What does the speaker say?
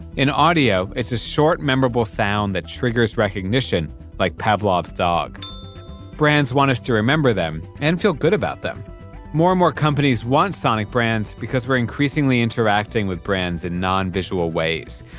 in audio, it's a short, memorable sound that triggers recognition like pavlov's dog brands want us to remember them and feel good about them more and more companies want sonic brands because we're increasingly interacting with brands in non-visual ways.